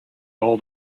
all